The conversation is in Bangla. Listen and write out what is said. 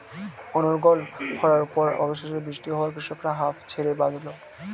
অনর্গল খড়ার পর অবশেষে বৃষ্টি হওয়ায় কৃষকরা হাঁফ ছেড়ে বাঁচল